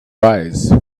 wise